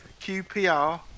QPR